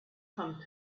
come